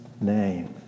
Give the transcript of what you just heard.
name